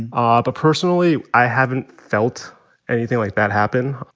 and ah but personally, i haven't felt anything like that happen.